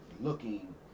looking